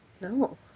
No